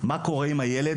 מה קורה עם הילד,